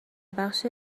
بخش